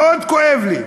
מאוד כואב לי,